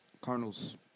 Cardinals